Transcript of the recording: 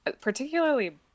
particularly